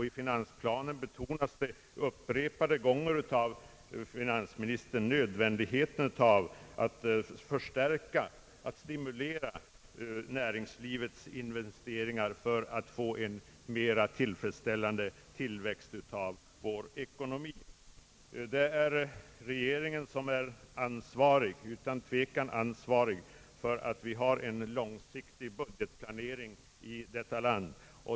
I finansplanen betonar finansministern upprepade gånger nödvändigheten av att förstärka och stimulera näringslivets investeringar för att få en mera tillfredsställande tillväxt av vår ekonomi. Det är regeringen som utan tvekan är ansvarig för att vi inte har en långsiktig budgetplanering i detta land.